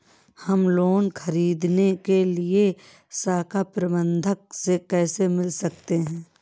हम लोन ख़रीदने के लिए शाखा प्रबंधक से कैसे मिल सकते हैं?